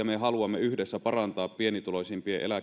me haluamme yhdessä parantaa pienituloisimpien